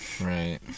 Right